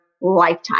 lifetime